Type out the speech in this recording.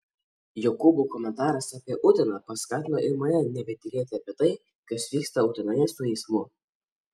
jokūbo komentaras apie uteną paskatino ir mane nebetylėti apie tai kas vyksta utenoje su eismu